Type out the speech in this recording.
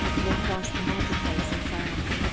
they crossed the market-place in silence,